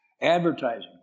advertising